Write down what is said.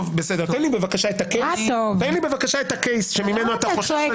תן לי בבקשה את הקייס שממנו אתה חושש,